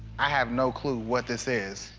i have no clue what this is.